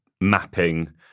mapping